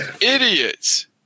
idiots